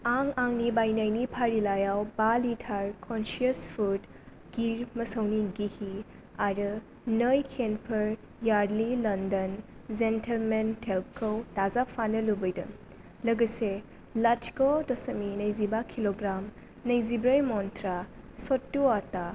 आं आंनि बायनायनि फारिलाइयाव बा लिटार कन्सियास फुद गिर मोसौनि घि आरो नै केनफोर यार्डले लण्डन जेन्टेलमेन टेल्कखौ दाजाबफानो लुबैदों लोगोसे लाथिख' दशमिक नैजिबा किल'ग्राम नैजिब्रै मन्त्रा सत्तु आटा